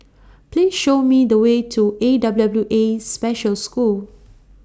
Please Show Me The Way to A W W A Special School